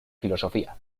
filosofía